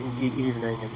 evening